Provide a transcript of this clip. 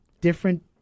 different